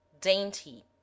dainty